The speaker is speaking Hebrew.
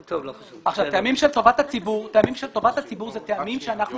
טעמים של טובת הציבור אלה טעמים שאנחנו